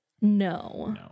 No